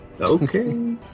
Okay